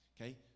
Okay